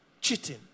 cheating